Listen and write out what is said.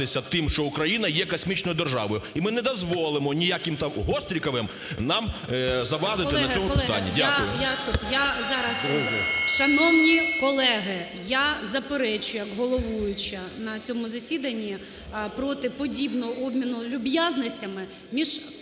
тим, що Україна є космічною державою. І ми не дозволимо ніяким там "гостріковим" нам завадити в цьому питанні.